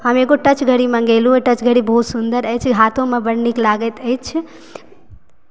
हम एगो टच घड़ी मंगेलू टच घड़ी बहुत सुन्दर अछि हाथोमे बड्ड नीक लागैत अछि